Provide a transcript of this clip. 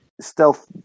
stealth